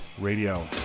radio